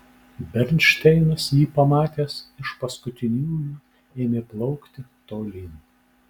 bernšteinas jį pamatęs iš paskutiniųjų ėmė plaukti tolyn